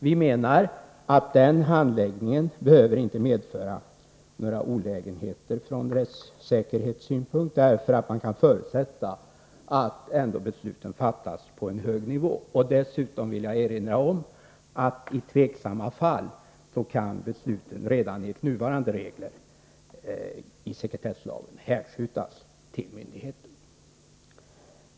Vi menar att den handläggningen inte behöver medföra några olägenheter från rättssäkerhetssynpunkt, eftersom man kan förutsätta att besluten fattas på hög nivå. Dessutom vill jag erinra om att i tveksamma fall kan besluten redan enligt nuvarande regler i sekretesslagen hänskjutas till myndigheten.